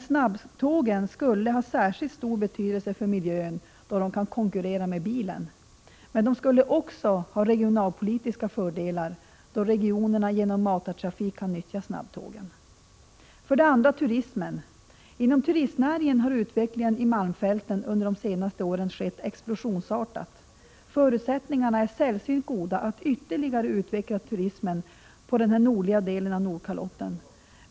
Snabbtågen har stor betydelse för miljön då de kan konkurrera med bilen, men har också regionalpolitiska fördelar då regionerna genom matartrafik kan utnyttja snabbtågen. För det andra: Turismen. Inom turistnäringen har utvecklingen i malmfälten under de senaste åren skett explosionsartat. Förutsättningarna är sällsynt goda att ytterligare utveckla turismen på denna nordliga del av Nordkalotten.